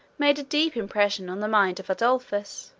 made a deep impression on the mind of adolphus